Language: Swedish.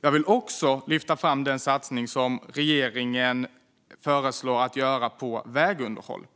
Jag vill också lyfta fram den satsning som regeringen föreslår att göra på vägunderhåll.